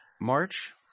March